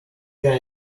guy